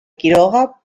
quiroga